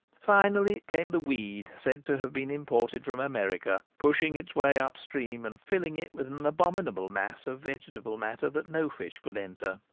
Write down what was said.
finally came the weed said to have been imported from america, pushing its way up stream, and filling it with an abominable mass of vegetable matter that no fish could enter.